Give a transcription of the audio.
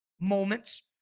moments